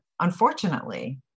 unfortunately